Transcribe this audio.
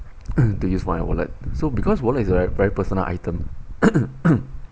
to use my wallet so because wallet is a very personal item